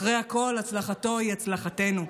אחרי הכול, הצלחתו היא הצלחתנו.